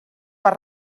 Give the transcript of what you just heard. per